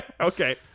Okay